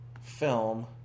Film